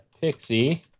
Pixie